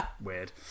weird